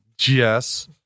Yes